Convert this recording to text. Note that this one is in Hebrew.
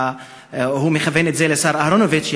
הוא מכוון את זה לשר אהרונוביץ,